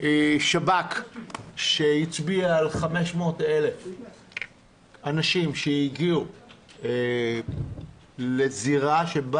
שב"כ שהצביע על 500,000 אנשים שהגיעו לזירה שבה